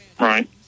Right